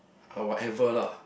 or whatever lah